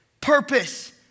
purpose